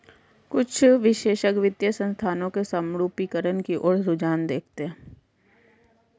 कुछ विशेषज्ञ वित्तीय संस्थानों के समरूपीकरण की ओर रुझान देखते हैं